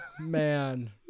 man